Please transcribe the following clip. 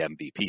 MVP